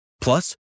Plus